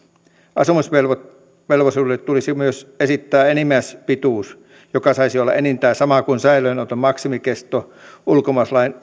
asumisvelvollisuudelle tulisi myös esittää enimmäispituus joka saisi olla enintään sama kuin säilöönoton maksimikesto ulkomaalaislain